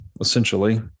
essentially